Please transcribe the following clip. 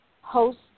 host